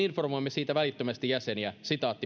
siitä välittömästi jäseniä